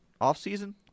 offseason